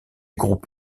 groupe